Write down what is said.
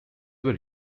were